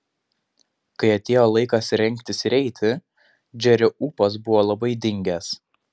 kai atėjo laikas rengtis ir eiti džerio ūpas buvo labai dingęs